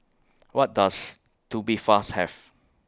What Does Tubifast Have